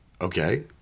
Okay